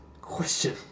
question